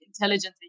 intelligently